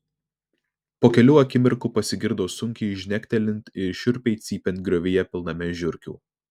po kelių akimirkų pasigirdo sunkiai žnektelint ir šiurpiai cypiant griovyje pilname žiurkių